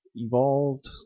evolved